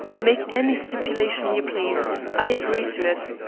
make any stipulation you please. i agree to it.